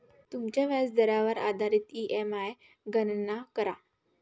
तुमच्या व्याजदरावर आधारित ई.एम.आई गणना करा